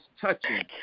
touching